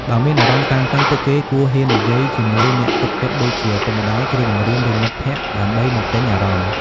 បើមានអារម្មណ៍តានតឹង ពួកគេគួរហ៊ាននិយាយជាមួយអ្នកទុកចិត្តដូចជា ឪពុកម្ដាយ គ្រូបង្រៀន ឬមិត្តភ័ក្តិដើម្បីបញ្ចេញអារម្មណ៍។